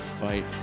fight